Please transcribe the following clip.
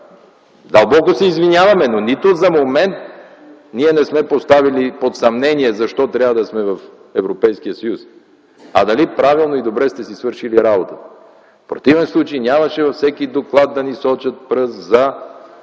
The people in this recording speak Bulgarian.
дълбоко се извиняваме. Нито за момент обаче ние не сме поставяли под съмнение защо трябва да сме в Европейския съюз, а дали правилно и добре сте си свършили работата. В противен случай нямаше във всеки доклад да ни сочат с пръст за